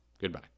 Goodbye